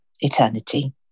eternity